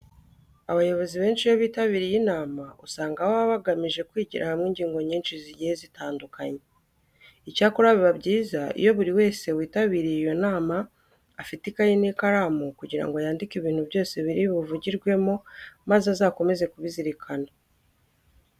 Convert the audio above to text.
Abayobozi benshi iyo bitabiriye inama usanga baba bagamije kwigira hamwe ingingo nyinshi zigiye zitandukanye. Icyakora biba byiza iyo buri wese witabiriye iyo nama afite ikayi n'ikaramu kugira ngo yandike ibintu byose biri buvugirwemo maze azakomeze kubizirikana.